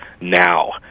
now